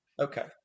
Okay